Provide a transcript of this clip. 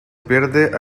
pierde